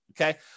okay